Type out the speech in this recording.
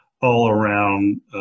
all-around